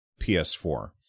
PS4